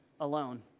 alone